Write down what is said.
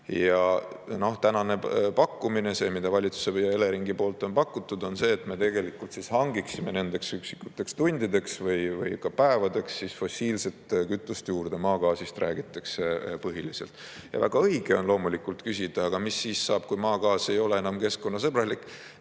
Ja tänane pakkumine – see, mida valitsus ja Elering on pakkunud – on see, et me hangiksime nendeks üksikuteks tundideks või ka päevadeks fossiilset kütust juurde. Maagaasist räägitakse põhiliselt. Väga õige on loomulikult küsida: aga mis siis saab, kui maagaas ei ole enam keskkonnasõbralik?